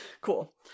cool